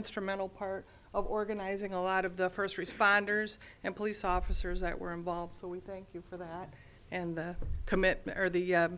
instrumental part of organizing a lot of the first responders and police officers that were involved so we thank you for that and the commitment or the